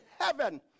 heaven